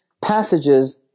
passages